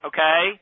Okay